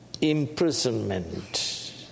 imprisonment